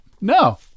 no